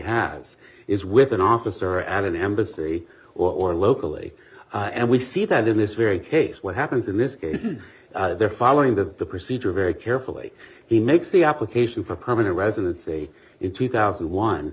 has is with an officer and an embassy or locally and we see that in this very case what happens in this case is they're following the procedure very carefully he makes the application for permanent residency in two thousand and one